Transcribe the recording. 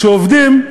כשעובדים,